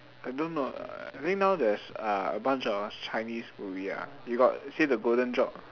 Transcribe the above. I don't know err I think now there's uh a bunch of chinese movie ah you got see the golden job